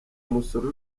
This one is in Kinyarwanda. musoro